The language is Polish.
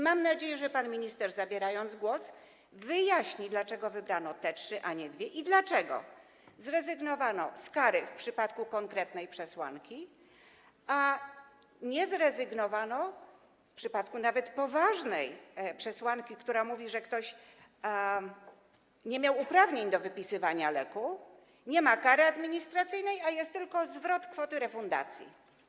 Mam nadzieję, że pan minister, zabierając głos, wyjaśni, dlaczego wybrano te trzy, a nie dwie, a także wyjaśni, dlaczego zrezygnowano z kary w przypadku konkretnej przesłanki, a w przypadku nawet poważnej przesłanki, która mówi o kimś, kto nie ma uprawnień do wypisywania leku, nie ma kary administracyjnej, jest tylko zwrot kwoty refundacji.